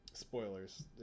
spoilers